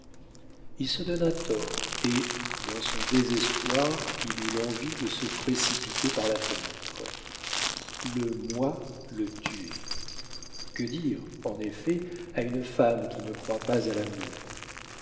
il se donna tort et dans son désespoir il eut l'envie de se précipiter par la fenêtre le moi le tuait que dire en effet à une femme qui ne croit pas à l'amour